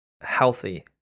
healthy